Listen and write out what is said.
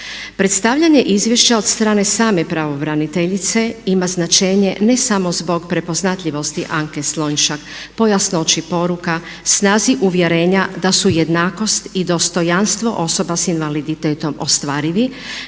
Predstavljanje izvješća od strane same pravobraniteljice ima značenje ne samo zbog prepoznatljivosti Anke Slonjšak, po jasnoći poruka, snazi uvjerenja da su jednakost i dostojanstvo osoba sa invaliditetom ostvarivi